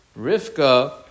Rivka